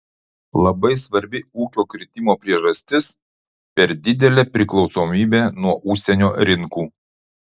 labai svarbi ūkio kritimo priežastis per didelė priklausomybė nuo užsienio rinkų